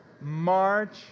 March